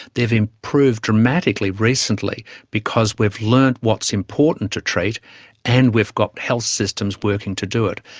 they've improved dramatically recently because we've learned what's important to treat and we've got health systems working to do it.